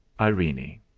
Irene